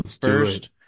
first